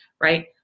right